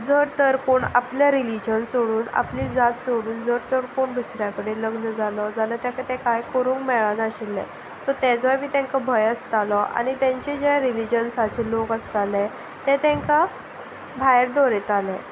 जर तर कोण आपल्या रिलीजन सोडून आपली जात सोडून जर तर कोण दुसऱ्या कडेन लग्न जालो जाल्यार ताका तें कांय करूंक मेळनाशिल्लें सो ताचोय बी तांकां भंय आसतालो आनी तांचें जें रिलीजन्साचे लोक आसताले ते तांकां भायर दवरिताले